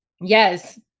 Yes